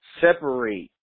separate